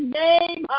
name